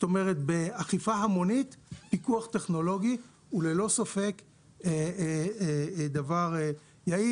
באכיפה המונית פיקוח טכנולוגי הוא ללא ספק דבר יעיל.